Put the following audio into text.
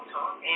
Talk